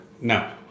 No